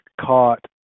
caught